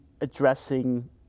addressing